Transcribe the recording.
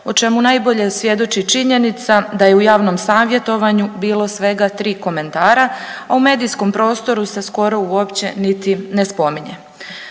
o čemu najbolje svjedoči činjenica da je u javnom savjetovanju bilo svega tri komentara, a u medijskom prostoru se skoro uopće niti ne spominje.